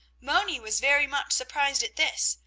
moni was very much surprised at this,